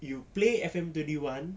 you play F_M twenty one